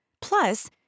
Plus